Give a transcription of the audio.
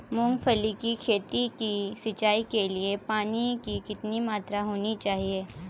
मूंगफली की खेती की सिंचाई के लिए पानी की कितनी मात्रा होनी चाहिए?